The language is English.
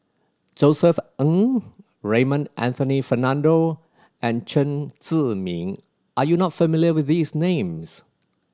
Josef Ng Raymond Anthony Fernando and Chen Zhiming are you not familiar with these names